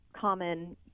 common